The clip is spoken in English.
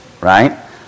Right